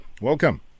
Welcome